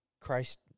Christ –